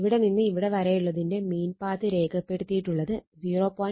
ഇവിടെ നിന്ന് ഇവിടെ വരെയുള്ളതിന്റെ മീൻ പാത്ത് രേഖപ്പെടുത്തിയിട്ടുള്ളത് 0